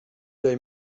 they